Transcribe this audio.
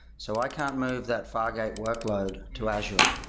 so i can't move that fargate workload to azure.